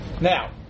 Now